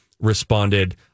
responded